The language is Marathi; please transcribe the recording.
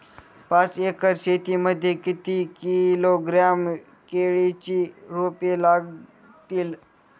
पाच एकर शेती मध्ये किती किलोग्रॅम केळीची रोपे लागतील?